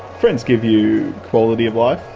friends give you quality of life,